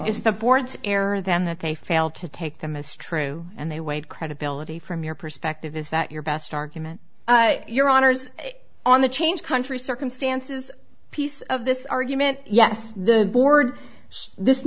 is the board to error them that they failed to take them as true and they weighed credibility from your perspective is that your best argument your honour's on the change country circumstances piece of this argument yes the board this